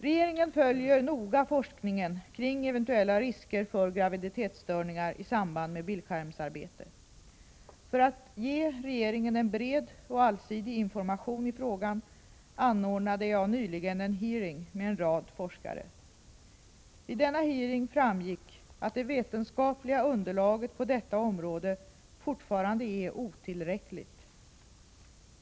Regeringen följer noga forskningen kring eventuella risker för graviditetsstörningar i samband med bildskärmsarbete. För att ge regeringen en bred och allsidig information i frågan anordnade jag nyligen en hearing med en rad forskare. Vid denna hearing framgick att det vetenskapliga underlaget på detta område fortfarande är otillräckligt.